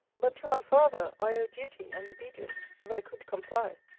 but to my father i owe duty and obedience, if i could comply.